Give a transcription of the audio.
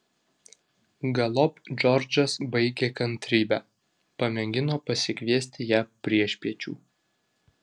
galop džordžas baigė kantrybę pamėgino pasikviesti ją priešpiečių